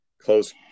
close